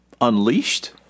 unleashed